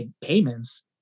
payments